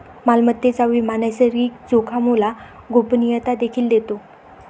मालमत्तेचा विमा नैसर्गिक जोखामोला गोपनीयता देखील देतो